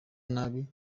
nabi